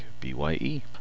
B-Y-E